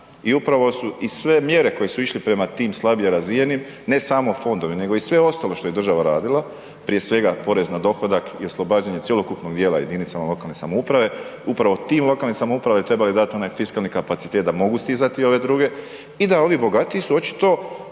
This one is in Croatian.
I upravo su i sve mjere koje su išle prema tim slabije razvijenim ne samo fondovi nego i sve ostalo što je država radila, prije svega, porez na dohodak i oslobađanje cjelokupnog dijela jedinicama lokalne samouprave, upravo tim lokalnim samoupravama su trebali dat onaj fiskalni kapacitet da mogu stizati ove druge i da oni bogatiji su očito